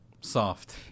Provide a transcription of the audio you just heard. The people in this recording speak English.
soft